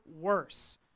worse